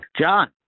John